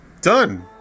Done